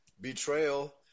Betrayal